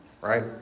right